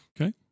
Okay